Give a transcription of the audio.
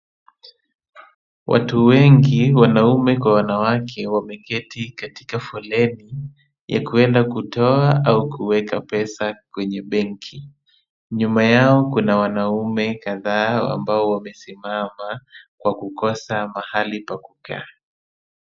Watu wengi wanaume kwa wanawake wameketi katika foleni ya kuenda akitoa au kuweka pesa kwenye benki. Nyuma yao kuna wanaume kadhaa ambao wamesimama kwa kukosa mahali pa kukaa.